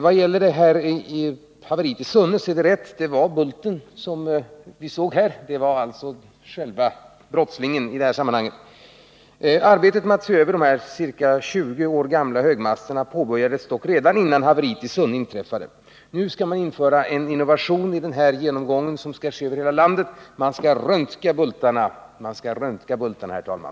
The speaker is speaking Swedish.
Beträffande haveriet i Sunne är det riktigt att det var bulten, som vi såg på bilden, som var boven i sammanhanget. Arbetet med att se över de här ca 20 år gamla högmasterna påbörjades dock redan innan haveriet i Sunne inträffade. Nu skall man införa en innovation i den här genomgången, och det skall ske över hela landet. Man skall röntga bultarna, herr talman.